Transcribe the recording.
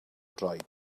droed